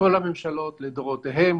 כל הממשלות לדורותיהן,